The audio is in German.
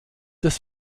des